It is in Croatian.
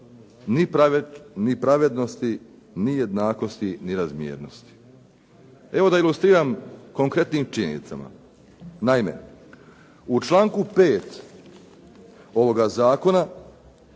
ni pravednosti, ni jednakosti, ni razmjernosti. Evo da ilustriram konkretnim činjenicama. Naime, u članku 5. ovog zakona